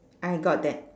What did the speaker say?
I got that